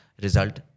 result